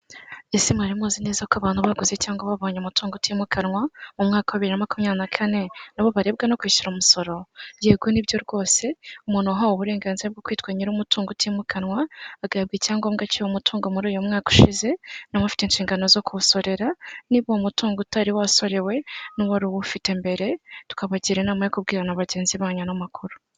Ese mwari muzi neza ko abantu bakoze cyangwa babonye umutungo utimukanwa mu mwaka bibiri na makumyabiri na kane nabo barebwa no kwishyura umusoro yego nibyo rwose umuntu wahawe uburenganzira bwo kwitwa nyir'umutungo utimukanwa agahabwa icyangombwa cy'uwo mutungo muri uyu mwaka ushize, nawe afite inshingano zo kuwusorera niba umutungo utari wasorewe n'uwari uwufite mbere tukabagira inama yo kubwirana na bagenzi banyu n'amakuru.